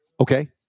Okay